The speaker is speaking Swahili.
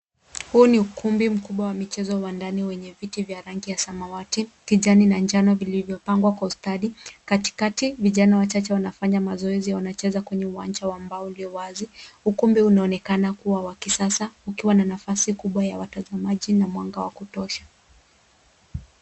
Huu ni ukumbi mkubwa wa michezo wa ndani wenye viti vya rangi ya samawati, kijani na njano vilivyopangwa kwa ustadi, katikati, vijani wachache wanafanya mazoezi au wanacheza kwenye uwanja wa mbao uliyowazi. Ukumbi unaonekana kuwa wa kisasa ukiwa na nafasi kubwa ya watazamaji na mwanga wa kutosha.